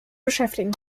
beschäftigen